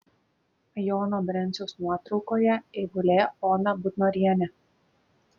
jono brenciaus nuotraukoje eigulė ona butnorienė